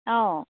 অঁ